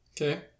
Okay